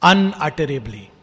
Unutterably